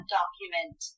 document